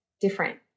different